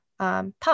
Pump